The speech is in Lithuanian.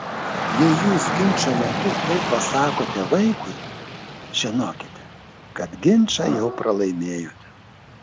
jei jūs ginčo metu taip pasakote vaikui žinokite kad ginčą jau pralaimėjote